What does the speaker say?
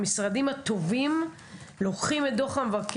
המשרדים הטובים לוקחים את הדוח,